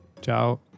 ciao